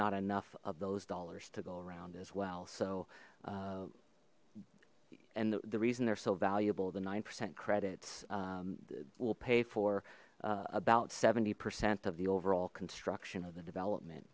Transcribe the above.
not enough of those dollars to go around as well so and the reason they're so valuable the nine percent credits will pay for about seventy percent of the overall construction of the development